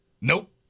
nope